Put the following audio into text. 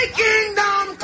kingdom